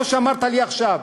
כמו שאמרת לי עכשיו,